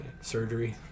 surgery